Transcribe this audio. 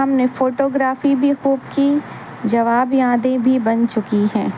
ہم نے فوٹوگرافی بھی خوب کی جواب یادیں بھی بن چکی ہیں